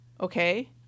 Okay